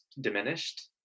diminished